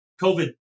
COVID